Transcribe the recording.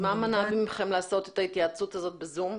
מה מנע מכם לעשות את ההתייעצות הזאת ב-זום?